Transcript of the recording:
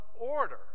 order